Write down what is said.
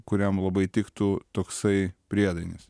kuriam labai tiktų toksai priedainis